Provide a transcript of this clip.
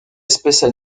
espèces